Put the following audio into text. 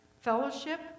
fellowship